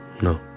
No